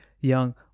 Young